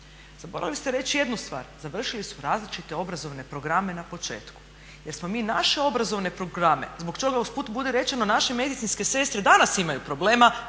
Zaboravili ste reći jednu stvar, završili su različite obrazovne programe na početku jer smo mi naše obrazovne programe, zbog toga usput budi rečeno naše medicinske sestre danas imaju problema